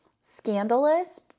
scandalous